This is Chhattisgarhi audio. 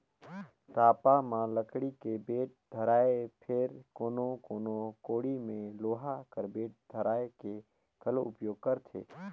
रापा म लकड़ी के बेठ धराएथे फेर कोनो कोनो कोड़ी मे लोहा कर बेठ धराए के घलो उपियोग करथे